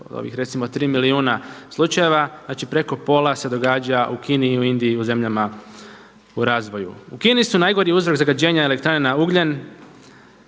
od ovih recimo 3 milijuna slučajeva, znači preko pola se događa u Kini i u Indiji, u zemljama u razvoju. U Kini su najgori uzrok zagađenja elektrana na ugljen